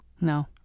No